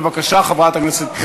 בבקשה, חברת הכנסת שפיר.